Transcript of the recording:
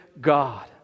God